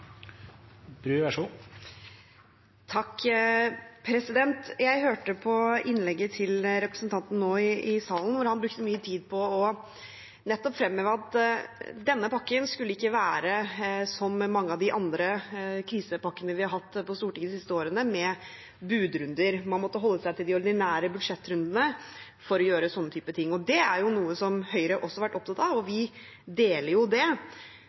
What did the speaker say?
Jeg hørte på innlegget til representanten nå i salen, og han brukte mye tid på nettopp å fremheve at denne pakken skulle ikke være som mange av de andre krisepakkene vi har hatt på Stortinget de siste årene, med budrunder – man måtte holde seg til de ordinære budsjettrundene for å gjøre slike ting. Det er noe som Høyre også har vært opptatt av, og vi deler jo det